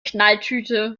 knalltüte